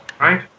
Right